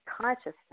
consciousness